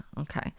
okay